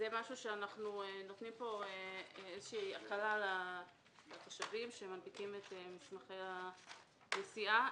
אנחנו נותנים פה איזו הקלה לחשבים שמנפיקים את מסמכי הנסיעה.